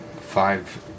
Five